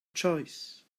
choice